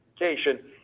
education